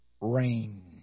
rain